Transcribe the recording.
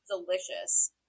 delicious